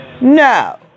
No